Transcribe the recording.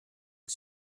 had